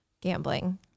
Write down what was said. gambling